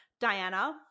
Diana